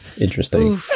interesting